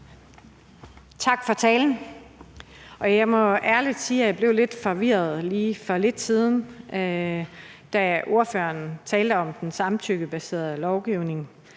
at jeg lige blev lidt forvirret for lidt siden, da ordføreren talte om den samtykkebaserede lovgivning.